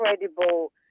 incredible